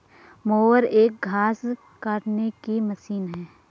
mower एक घास काटने की मशीन है